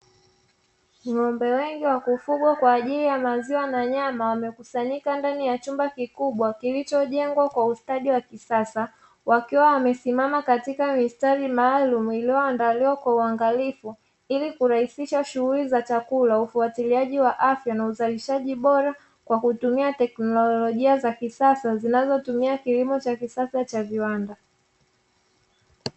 Ng'ombe wengi waliofugwa kwaajili ya maziwa na nyama, wamekusanyika ndani ya chumba kikubwa kilichojengwa kwa ustadi wa kisasa. Wakiwa wamesimama katika mistari maalumu iliyoandaliwa kwa uangalifu ili kurahisisha shughuli za chakula na ufuatiliaji wa afya na ufugaji bora, kwa kutumia teknolojia za kisasa zinazotumia kilimo cha kisasa cha viwanda.